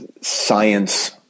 science